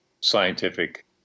scientific